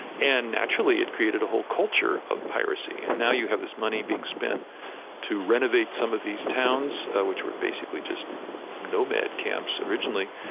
and naturally, it created a whole culture of piracy, and now you have this money being spent to renovate some of these towns which were basically just nomad camps originally,